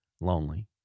lonely